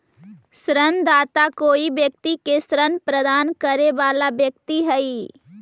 ऋणदाता कोई व्यक्ति के ऋण प्रदान करे वाला व्यक्ति हइ